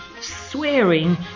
swearing